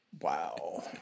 wow